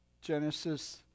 Genesis